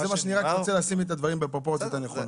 אז אני רק רוצה לשים את הדברים בפרופורציות הנכונות.